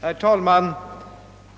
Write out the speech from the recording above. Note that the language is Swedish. Herr talman!